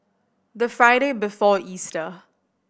the Friday before Easter